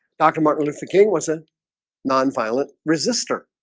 dr. martin luther king was a non-violent resistor